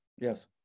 yes